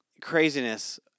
Craziness